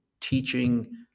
teaching